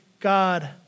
God